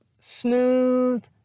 smooth